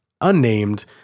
unnamed